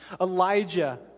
Elijah